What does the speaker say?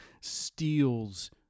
steals